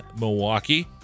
Milwaukee